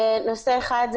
נושא אחד,